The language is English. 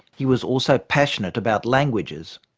he was also passionate about languages.